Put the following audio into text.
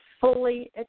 fully